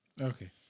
Okay